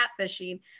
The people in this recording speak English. catfishing